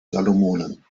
salomonen